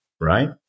right